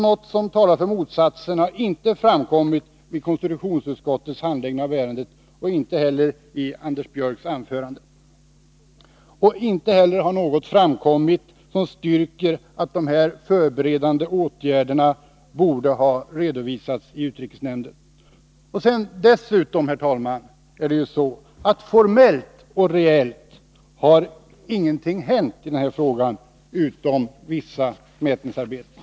Något som talar för motsatsen har inte framkommit vid konstitutionsutskottets handläggning av ärendet och inte heller i Anders Björcks anförande. Inte heller har något framkommit som styrker att de förberedande åtgärderna borde ha redovisats i utrikesnämnden. Formellt och reellt har dessutom egentligen inget hänt, utom vissa mätningsarbeten.